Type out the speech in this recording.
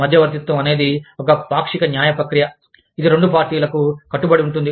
మధ్యవర్తిత్వం అనేది ఒక పాక్షిక న్యాయ ప్రక్రియ ఇది రెండు పార్టీలకు కట్టుబడి ఉంటుంది